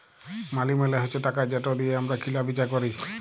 মালি মালে হছে টাকা যেট দিঁয়ে আমরা কিলা বিচা ক্যরি